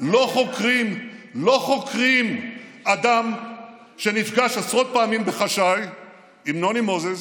לא חוקרים אדם שנפגש עשרות פעמים בחשאי עם נוני מוזס,